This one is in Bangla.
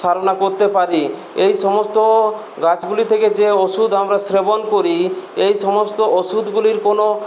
সারনা করতে পারি এই সমস্ত গাছগুলি থেকে যে ওষুধ আমরা সেবন করি এই সমস্ত ওষুধগুলির কোনো